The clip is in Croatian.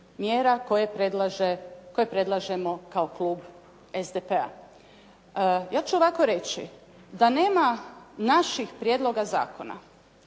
koje predlažemo kao klub SDP-a. Ja ću ovako reći. Da nema naših prijedloga zakona